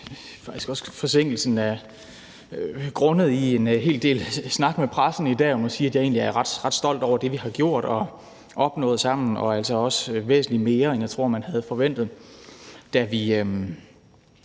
var faktisk også grundet i en hel del snak med pressen i dag. Jeg må sige, at jeg egentlig er ret stolt over det, vi har gjort og opnået sammen – og altså også væsentlig mere, end jeg tror man havde forventet, da vi